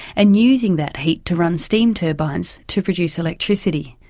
and using that heat to run steam turbines to produce electricity.